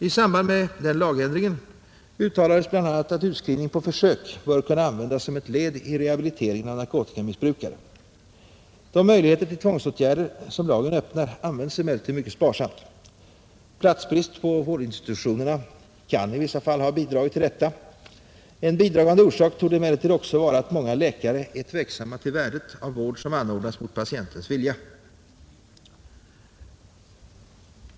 I samband med lagändringen uttalades bl.a. att utskrivning på försök bör kunna användas som ett led i rehabiliteringen av narkotikamissbrukare. De möjligheter till tvångsåtgärder som lagen öppnar används emellertid mycket sparsamt. Platsbrist på vårdinstitutionerna kan i vissa fall ha bidragit till detta. En bidragande orsak torde emellertid också vara att många läkare är tveksamma till värdet av vård som anordnas mot patientens vilja.